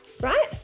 right